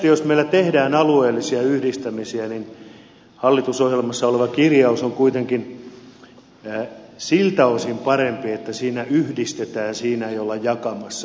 jos meillä tehdään alueellisia yhdistämisiä niin hallitusohjelmassa oleva kirjaus on kuitenkin siltä osin parempi että siinä yhdistetään siinä ei olla jakamassa